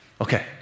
Okay